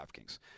DraftKings